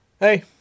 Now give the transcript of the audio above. hey